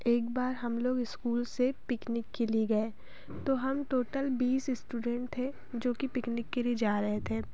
एक बार हम लोग इस्कूल से पिकनिक के लिए गए तो हम टोटल बीस इस्टूडेंट थे जो कि पिकनिक के लिए जा रहे थे